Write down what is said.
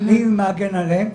מי מגן עליהם?